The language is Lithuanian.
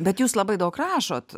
bet jūs labai daug rašot